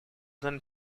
then